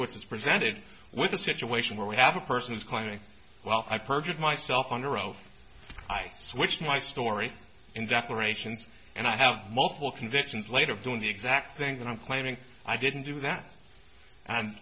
is presented with a situation where we have a person is claiming well i perjured myself under oath i switched my story in the operations and i have multiple convictions later of doing the exact thing that i'm claiming i didn't do that and